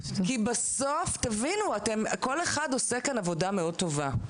כי בסוף כל אחד עושה כאן עבודה מאוד טובה,